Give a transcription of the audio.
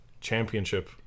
championship